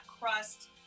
crust